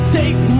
take